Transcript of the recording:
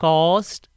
Cost